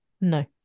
No